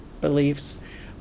beliefs